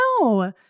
No